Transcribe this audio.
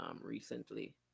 recently